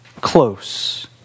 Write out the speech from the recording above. close